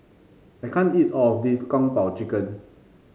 I can't eat all of this Kung Po Chicken